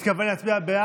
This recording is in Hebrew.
נמנעים.